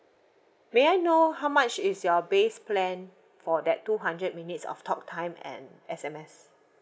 may I know how much is your base plan for that two hundred minutes of talk time and S_M_S